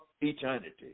eternity